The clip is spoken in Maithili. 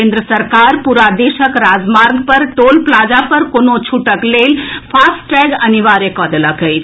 केन्द्र सरकार पूरा देशक राजमार्ग पर टोल प्लाजा पर कोनो छूटक लेल फास्टैग अनिवार्य कऽ देलक अछि